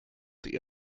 die